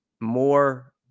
more